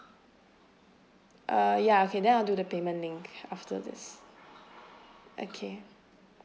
ah ya okay then I'll do the payment link after this okay